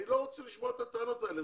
אני לא רוצה לשמוע את הטענות האלה.